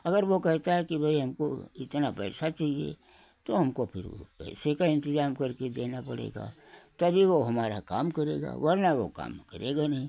अगर वो कहता है कि भई हमको इतना पैसा चहिए तो हमको फिर उस पैसे का इंतजाम करके देना पड़ेगा तभी वो हमारा काम करेगा वरना वो काम करेगा नहीं